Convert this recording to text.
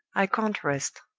i can't rest.